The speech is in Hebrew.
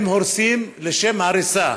הם הורסים לשם הריסה.